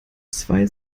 zwei